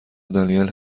دانیل